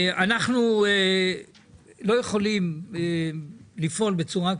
אנחנו לא יכולים לפעול בצורה כזו,